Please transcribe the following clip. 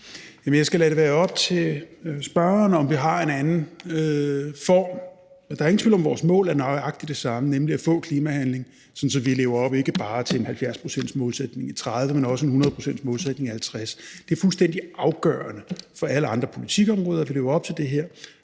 Jeg skal lade det være op til spørgeren at vurdere, om vi har en anden form. Der er ingen tvivl om, at vores mål er nøjagtig det samme, nemlig at få klimahandling, sådan at vi lever op til ikke bare en 70-procentsmålsætning i 2030, men også til en 100-procentsmålsætning i 2050. Det er fuldstændig afgørende for alle andre politikområder, at vi lever op til det her,